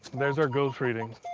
there's our ghost readings.